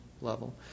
level